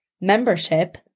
membership